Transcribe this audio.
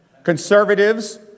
Conservatives